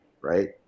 Right